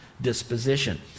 disposition